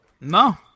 No